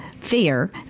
fear